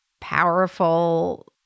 powerful